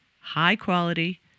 high-quality